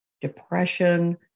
depression